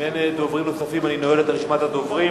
אם אין דוברים נוספים, אני נועל את רשימת הדוברים.